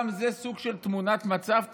וגם זה סוג של תמונת מצב,